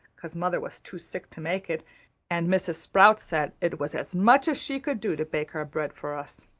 cause mother was too sick to make it and mrs. sprott said it was as much as she could do to bake our bread for us.